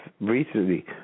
recently